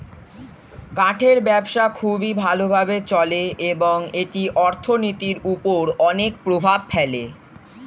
কাঠের ব্যবসা খুবই ভালো ভাবে চলে এবং এটি অর্থনীতির উপর অনেক প্রভাব ফেলে